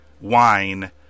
wine